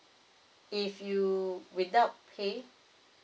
if you without pay